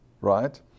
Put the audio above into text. right